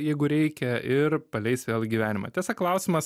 jeigu reikia ir paleis vėl į gyvenimą tiesa klausimas